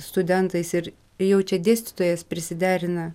studentais ir ir jau čia dėstytojas prisiderina